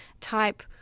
type